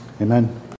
Amen